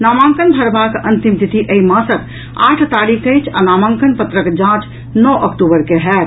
नामांकन भरबाक अंतिम तिथि एहि मासक आठ तारीख अछि आ नामांकन पत्रक जांच नओ अक्टूबर के होयत